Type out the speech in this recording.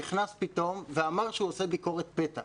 נכנס פתאום, אמר שהוא עושה ביקורת פתע.